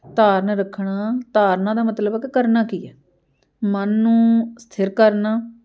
ਧਾਰਨ ਰੱਖਣਾ ਧਾਰਨਾ ਦਾ ਮਤਲਬ ਆ ਕਿ ਕਰਨਾ ਕੀ ਆ ਮਨ ਨੂੰ ਸਥਿਰ ਕਰਨਾ